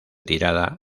tirada